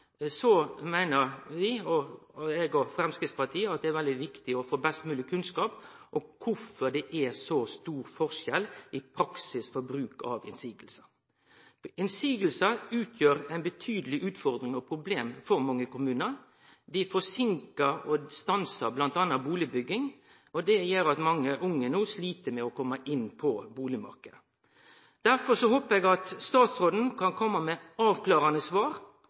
meiner vi, eg og Framstegspartiet, at det er veldig viktig å få best mogleg kunnskap om kvifor det er så stor forskjell i praksis ved bruk av motsegner. Motsegner utgjer ei betydeleg utfordring og eit betydeleg problem for mange kommunar. Dei forseinkar og stansar bl.a. bustadbygging, og det gjer at mange unge no slit med å kome inn på bustadmarknaden. Difor håpar eg at statsråden kan kome med avklarande svar